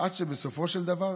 עד שבסופו של דבר